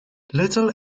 little